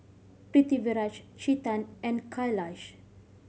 Pritiviraj Chetan and Kailash